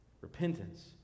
Repentance